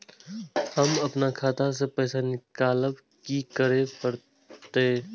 हम आपन खाता स पाय निकालब की करे परतै?